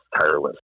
tireless